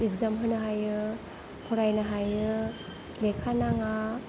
exam होनो हायो फरायनो हायो लेखा नाङा